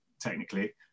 technically